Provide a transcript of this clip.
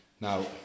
Now